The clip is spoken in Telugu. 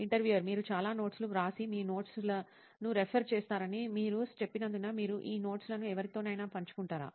ఇంటర్వ్యూయర్ మీరు చాలా నోట్స్ లు వ్రాసి మీ నోట్స్ లను రెఫర్ చేస్తారని మీరు చెప్పినందున మీరు ఈ నోట్స్ లను ఎవరితోనైనా పంచుకుంటారా